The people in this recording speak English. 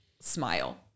smile